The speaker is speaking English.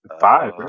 Five